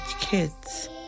Kids